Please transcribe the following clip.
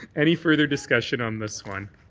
any further discussion on this one?